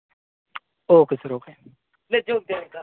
okay sir okay